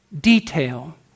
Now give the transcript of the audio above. detail